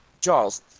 Charles